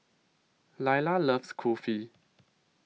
Lyla loves Kulfi